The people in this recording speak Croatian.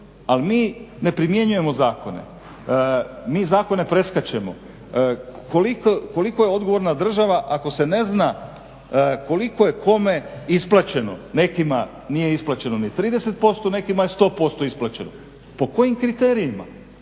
ali mi ne primjenjujemo zakone, mi zakone preskačemo. Koliko je odgovorna država ako se ne zna koliko je kome isplaćeno. Nekima nije isplaćeno ni 30%, nekima je 100% isplaćeno. Po kojim kriterijima?